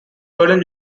berlin